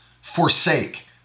forsake